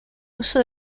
uso